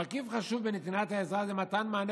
מרכיב חשוב בנתינת העזרה זה מתן מענה